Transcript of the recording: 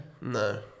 no